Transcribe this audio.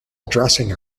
addressing